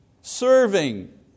Serving